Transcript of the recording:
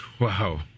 Wow